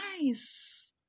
nice